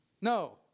No